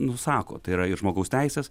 nusako tai yra ir žmogaus teisės